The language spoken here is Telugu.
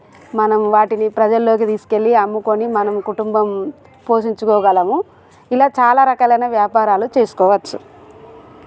మనం వాటిని ప్రజలలోకి తీసుకు వెళ్ళి అమ్ముకుని మనం కుటుంబం పోషించుకోగలము ఇలా చాలా రకాలైన వ్యాపారాలు చేసుకోవచ్చు